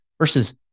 versus